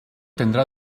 tendrá